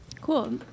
Cool